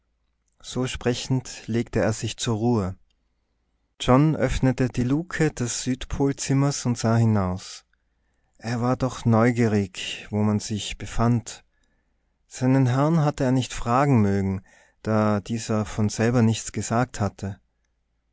so sprechend legte er sich zur ruhe john öffnete die lucke des südpolzimmers und sah hinaus er war doch neugierig wo man sich befand seinen herrn hatte er nicht fragen mögen da dieser von selber nichts gesagt hatte